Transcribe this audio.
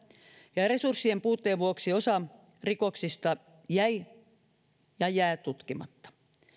ja resurssien puutteen vuoksi osa rikoksista jäi ja jää tutkimatta